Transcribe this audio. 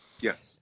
Yes